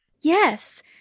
Yes